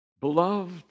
Beloved